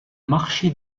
marché